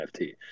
NFT